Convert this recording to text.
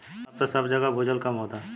अब त सब जगह भूजल कम होता